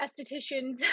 estheticians